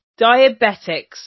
diabetics